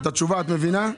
ואת התשובה את מבינה?